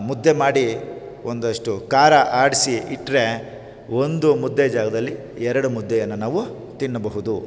ಮುದ್ದೆ ಮಾಡಿ ಒಂದಷ್ಟು ಖಾರ ಆಡಿಸಿ ಇಟ್ಟರೆ ಒಂದು ಮುದ್ದೆ ಜಾಗದಲ್ಲಿ ಎರಡು ಮುದ್ದೆಯನ್ನು ನಾವು ತಿನ್ನಬಹುದು